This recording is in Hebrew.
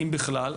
אם בכלל.